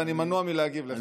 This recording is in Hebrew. ואני מנוע מלהגיב לך.